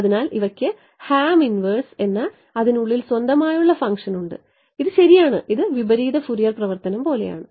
അതിനാൽ ഇവക്ക് ഹാം ഇൻവേഴ്സ് എന്ന അതിനുള്ളിൽ സ്വന്തമായുള്ള ഫംഗ്ഷൻ ഉണ്ട് ഇത് ശരിയാണ് ഇത് വിപരീത ഫുറിയർ പരിവർത്തനം പോലെയാണ്